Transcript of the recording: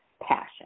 passion